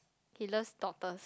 he loves daughters